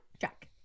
jack